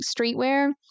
streetwear